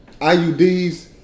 IUDs